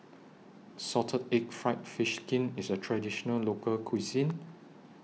Salted Egg Fried Fish Skin IS A Traditional Local Cuisine